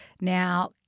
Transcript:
Now